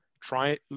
Try